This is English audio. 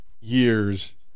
years